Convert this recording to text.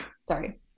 sorry